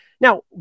Now